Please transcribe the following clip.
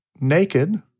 naked